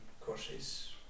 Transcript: courses